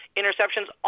interceptions